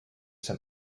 some